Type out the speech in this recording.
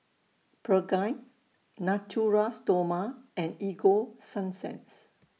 Pregain Natura Stoma and Ego Sunsense